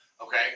Okay